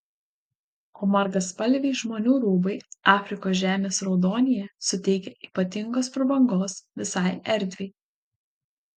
o margaspalviai žmonių rūbai afrikos žemės raudonyje suteikia ypatingos prabangos visai erdvei